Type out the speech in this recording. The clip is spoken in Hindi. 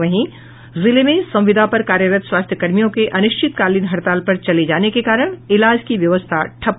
वहीं जिले में संविदा पर कार्यरत स्वास्थ्यकर्मियों के अनिश्चितकालीन हड़ताल पर चले जाने के कारण इलाज की व्यवस्था ठप्प हो गयी है